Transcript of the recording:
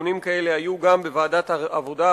דיונים כאלה היו גם בוועדת העבודה,